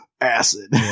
Acid